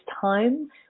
time